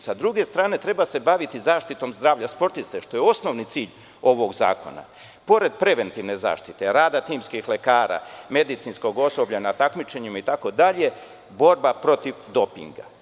S druge strane, treba se baviti zaštitom zdravlja sportista, što je osnovni cilj ovog zakona, pored preventivne zaštite, rada timskih lekara, medicinskog osoblja na takmičenjima itd, borba protiv dopinga.